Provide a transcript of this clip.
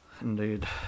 Indeed